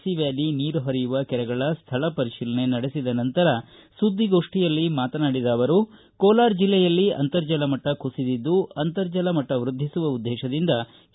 C valley ನೀರು ಪರಿಯುವ ಕೆರೆಗಳ ಸ್ವಳ ಪರಿಶೀಲನೆ ನಡೆಸಿದ ನಂತರ ಸುದ್ದಿಗೋಷ್ಠಿಯಲ್ಲಿ ಮಾತನಾಡಿದ ಅವರು ಕೋಲಾರ ಜಿಲ್ಲೆಯಲ್ಲಿ ಅಂತರ್ಜಲ ಮಟ್ನ ಕುಸಿದಿದ್ದು ಅಂತರ್ಜಲ ಮಟ್ಟ ವೃದ್ದಿಸುವ ಉದ್ದೇಶದಿಂದ ಕೆ